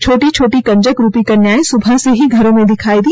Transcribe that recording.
छोटी छोटी कंजक रूपी कन्याएं सुबह से ही घरों में दिखाई दी